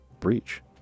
breach